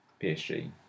PSG